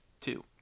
two